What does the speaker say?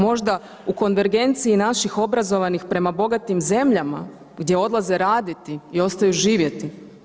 Možda u konvergenciji naših obrazovanih prema bogatim zemljama gdje odlaze raditi i ostaju živjeti?